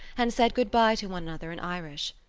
and said good-bye to one another in irish.